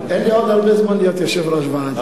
אין לי עוד הרבה זמן להיות יושב-ראש הוועדה.